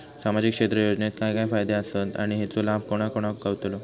सामजिक क्षेत्र योजनेत काय काय फायदे आसत आणि हेचो लाभ कोणा कोणाक गावतलो?